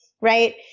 right